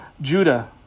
Judah